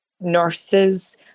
Nurses